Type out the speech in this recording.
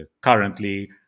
currently